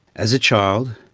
as a child,